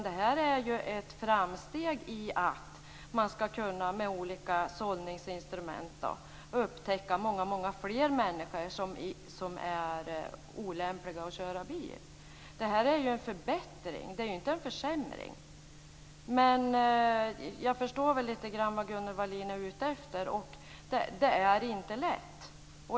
Detta är ett framsteg, i och med att man med olika sållningsinstrument skall kunna upptäcka många fler människor som är olämpliga när det gäller att köra bil. Detta är en förbättring. Det är inte en försämring. Jag förstår väl lite grann vad Gunnel Wallin är ute efter. Det är inte lätt.